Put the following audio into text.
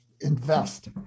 invest